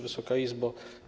Wysoka Izbo!